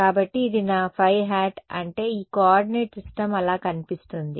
కాబట్టి ఇది నా ఫై హ్యాట్ అంటే ఈ కోఆర్డినేట్ సిస్టమ్ అలా కనిపిస్తుంది